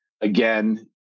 again